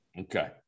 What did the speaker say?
Okay